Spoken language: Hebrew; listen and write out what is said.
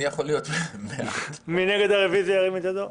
הצבעה הרביזיה לא אושרה.